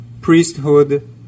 priesthood